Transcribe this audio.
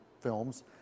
films